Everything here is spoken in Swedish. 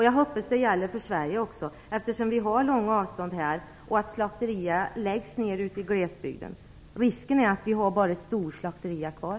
Jag hoppas att det gäller för Sverige också, eftersom vi har långa avstånd, och att slakterier läggs i glesbygden. Risken är att det bara finns storslakterier kvar.